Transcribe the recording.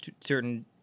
certain